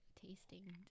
tasting